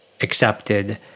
accepted